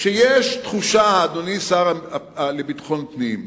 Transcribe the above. שיש תחושה, אדוני השר לביטחון פנים,